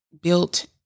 built